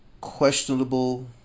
questionable